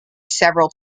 several